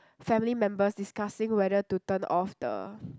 family members discussing whether to turn off the